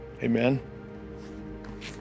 Amen